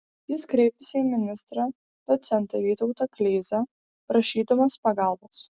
jis kreipėsi į ministrą docentą vytautą kleizą prašydamas pagalbos